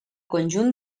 conjunt